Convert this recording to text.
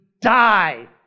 die